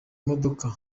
imodoka